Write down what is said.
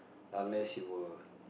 unless you were